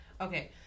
Okay